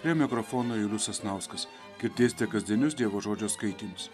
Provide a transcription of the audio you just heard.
prie mikrofono julius sasnauskas girdėsite kasdienius dievo žodžio skaitinius